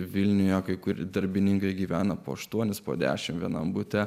vilniuje kai kurie darbininkai gyvena po aštuonis po dešimt vienam bute